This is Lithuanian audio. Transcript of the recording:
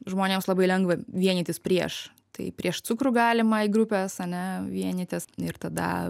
žmonėms labai lengva vienytis prieš tai prieš cukrų galima į grupes ane vienytis ir tada